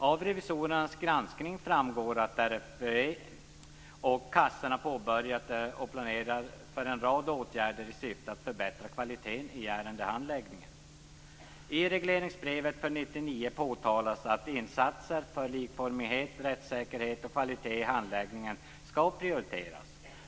Av revisorernas granskning framgår att RFV och försäkringskassorna planerat för en rad åtgärder i syfte att förbättra kvaliteten i ärendehandläggningen. I regleringsbrevet för 1999 påtalas att insatser för likformighet, rättssäkerhet och kvalitet i handläggningen skall prioriteras.